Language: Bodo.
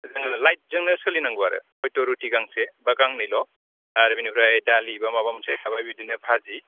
जों लाइटजोंनो सोलिनांगौ आरो हयत' रुटि गांसे बा गांनैल' आरो बेनिफ्राय दालि बा माबा मोनसे थाबाय बेबायदिनो भाजि